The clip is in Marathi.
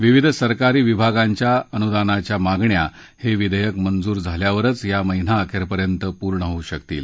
विविध सरकारी विभागांच्या अनुदानाच्या मागण्या हा विधवक्त मंजूर झाल्यावरच या महिनाअखप्रियंत पूर्ण होऊ शकतील